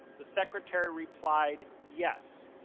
the secretary replied yes.